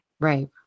Right